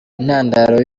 intandaro